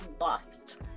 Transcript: lost